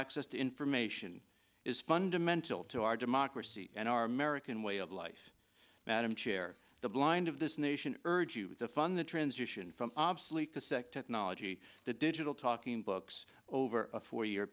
access to information is fundamental to our democracy and our american way of life madam chair the blind of this nation urge you to fund the transition from obsolete to sec technology the digital talking books over a four year